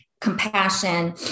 compassion